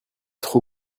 trop